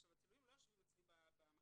עכשיו, הצילומים לא יושבים אצלי במחשב.